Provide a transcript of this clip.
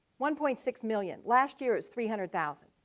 one point six million. last year it's three hundred thousand.